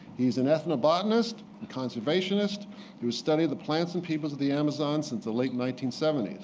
he's an ethnobotanist and conservationist who has studied the plants and peoples of the amazon since the late nineteen seventy s.